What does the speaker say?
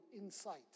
insight